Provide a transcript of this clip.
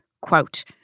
quote